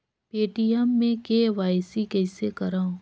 Paytm मे KYC कइसे करव?